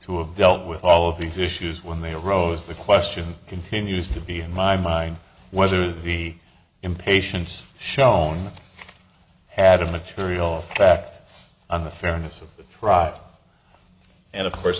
to have dealt with all of these issues when they arose the question continues to be in my mind whether the impatience shown had a material effect on the fairness of the rot and of course